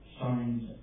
signs